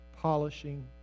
polishing